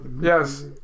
Yes